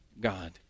God